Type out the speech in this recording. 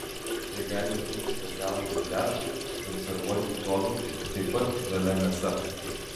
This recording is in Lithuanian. tai gali būti specialūs guliašai konservuoti produktai taip pat žalia mėsa